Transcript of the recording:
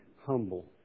humble